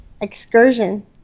excursion